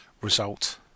result